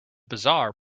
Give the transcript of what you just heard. bizarre